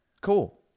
Cool